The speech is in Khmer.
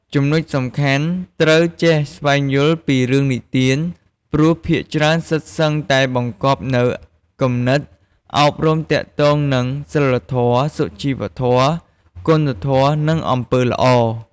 ចំណុចសំខាន់ ត្រូវចេះស្វែងយល់ពីរឿងនិទាន ព្រោះភាគច្រើនសុទ្ធសឹងតែបង្កប់នូវគំនិតអប់រំទាក់ទងនឹង សីលធម៌ សុជីវធម៌ គុណធម៌ និងអំពើល្អ។